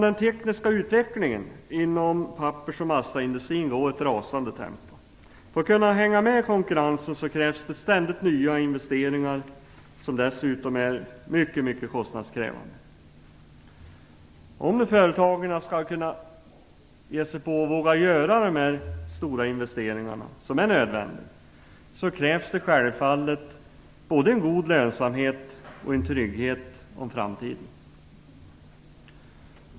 Den tekniska utvecklingen inom pappers och massaindustrin går i ett rasande tempo. För dem som skall kunna hänga med i konkurrensen krävs det ständigt nya investeringar, som dessutom är mycket kostnadskrävande. Om företagen skall våga göra de stora investeringar som är nödvändiga krävs det självfallet både en god lönsamhet och en trygghet för framtiden.